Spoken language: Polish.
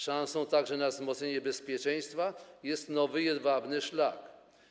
Szansą także na wzmocnienie bezpieczeństwa jest nowy jedwabny szlak.